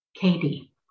Katie